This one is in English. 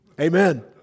Amen